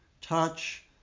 touch